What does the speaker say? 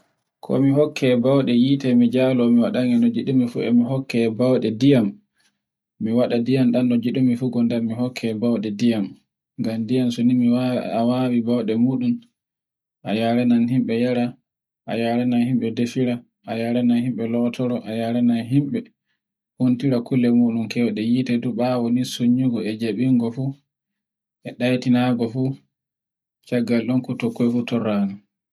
ko mi hokke bawde hite mi jalo mi waɗa nge ne gide mun fu e mi hokke bawɗe ndiyam. Mi waɗa ndiyam ɗan ko ngiɗumi kondem mi hokke bawɗe ndiyam. Ngam diyam so ni a wawi bawɗe muɗum a yaranan yimbe yara, a yaranan yimbe defira, ayaranan yuimbe lotoro, a yaranan yimbe omtira kule muɗum keuɗe hite to bawo e jabingo fu, e ɗaitinango fu.